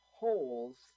holes